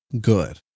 good